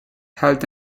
health